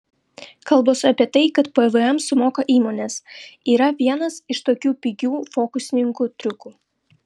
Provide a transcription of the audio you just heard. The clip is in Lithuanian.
kalbos apie tai kad pvm sumoka įmonės yra vienas iš tokių pigių fokusininkų triukų